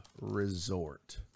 Resort